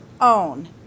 own